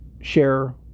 share